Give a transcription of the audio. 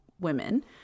women